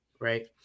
right